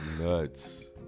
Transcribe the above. Nuts